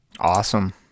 awesome